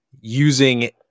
using